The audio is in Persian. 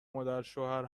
مادرشوهر